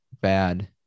bad